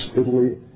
Italy